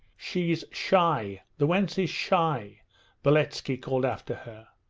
she's shy, the wench is shy beletski called after her.